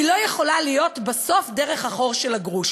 היא לא יכולה להיות בסוף דרך החור של הגרוש.